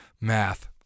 Math